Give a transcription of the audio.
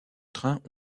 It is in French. trains